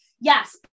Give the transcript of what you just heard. Yes